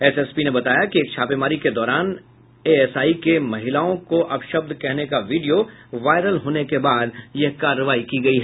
SSP ने बताया कि एक छापेमारी के दौरान एएसआई के महिलाओं को अपशब्द कहने का वीडियो वायरल होने के बाद यह कार्रवाई की गयी